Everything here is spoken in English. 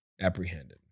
apprehended